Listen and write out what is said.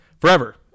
forever